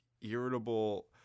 irritable